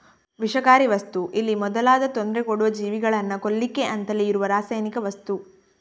ವಿಷಕಾರಿ ವಸ್ತು ಇಲಿ ಮೊದಲಾದ ತೊಂದ್ರೆ ಕೊಡುವ ಜೀವಿಗಳನ್ನ ಕೊಲ್ಲಿಕ್ಕೆ ಅಂತಲೇ ಇರುವ ರಾಸಾಯನಿಕ ವಸ್ತು